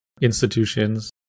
institutions